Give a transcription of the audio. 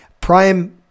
Prime